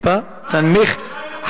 טיפה תנמיך,